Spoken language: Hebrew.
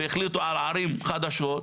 והחליטו על ערים חדשות.